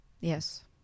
Yes